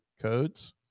codes